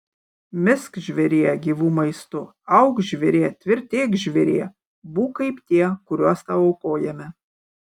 misk žvėrie gyvu maistu auk žvėrie tvirtėk žvėrie būk kaip tie kuriuos tau aukojame